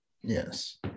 Yes